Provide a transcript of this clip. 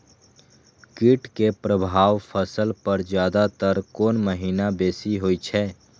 कीट के प्रभाव फसल पर ज्यादा तर कोन महीना बेसी होई छै?